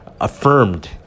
affirmed